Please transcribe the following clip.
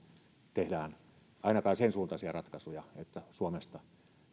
tehdään ainakaan sensuuntaisia ratkaisuja että suomesta